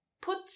Put